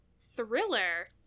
thriller